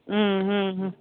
ಹ್ಞೂ ಹ್ಞೂ ಹ್ಞೂ